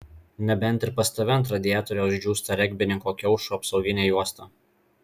nebent ir pas tave ant radiatoriaus džiūsta regbininko kiaušų apsauginė juosta